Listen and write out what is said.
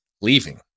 leaving